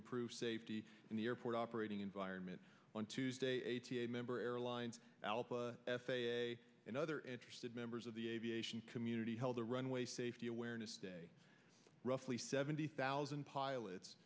improve safety in the airport operating environment on tuesday eighty eight member airlines f a a and other interested members of the aviation community held the runway safety awareness day roughly seventy thousand pilots